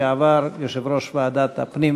לשעבר יושב-ראש ועדת הפנים